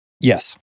Yes